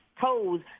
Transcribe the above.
toes